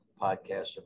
podcasts